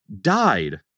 died